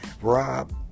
Rob